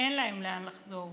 שאין להם לאן לחזור.